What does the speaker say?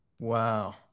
Wow